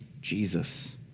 Jesus